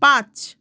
পাঁচ